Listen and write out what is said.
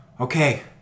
okay